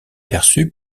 perçue